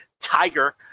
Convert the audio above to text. tiger